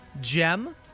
gem